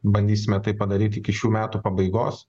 bandysime tai padaryt iki šių metų pabaigos